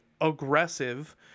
aggressive